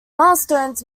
milestones